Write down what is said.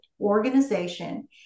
organization